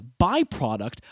byproduct